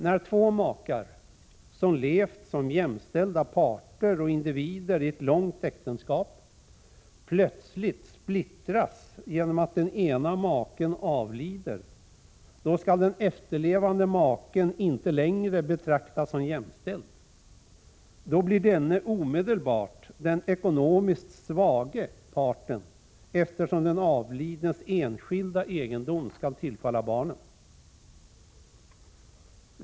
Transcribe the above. När två makar, som levt som jämställda parter och individer i ett långt äktenskap, plötsligt splittras genom att den ena maken avlider, då skall den efterlevande maken inte längre betraktas som jämställd. Då blir denne omedelbart den ekonomiskt svaga parten eftersom den avlidnes enskilda egendom skall tillfalla barnen.